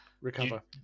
Recover